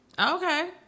Okay